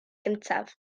gyntaf